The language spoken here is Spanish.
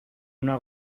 una